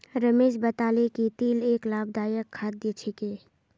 रमेश बताले कि तिल एक लाभदायक खाद्य छिके